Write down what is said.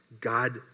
God